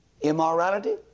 immorality